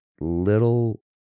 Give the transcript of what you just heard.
little